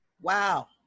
Wow